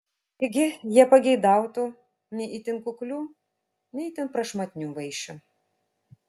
taigi jie pageidautų nei itin kuklių nei itin prašmatnių vaišių